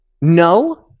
No